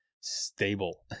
stable